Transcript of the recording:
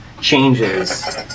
changes